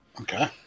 Okay